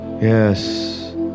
Yes